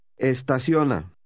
estaciona